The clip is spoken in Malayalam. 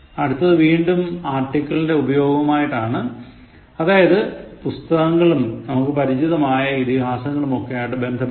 ആടുത്തത് വീണ്ടും articleൻറെ ഉപയോഗമാണ് അതായത് പുസ്തകങ്ങളും നമുക്ക് പരിചിതമായ ഇതിഹാസങ്ങളും ഒക്കെയായി ബന്ധപ്പെടുത്തി